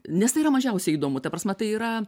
nes tai yra mažiausiai įdomu ta prasme tai yra